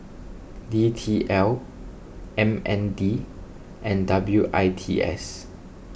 D T L M N D and W I T S